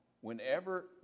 whenever